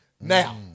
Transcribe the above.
Now